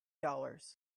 dollars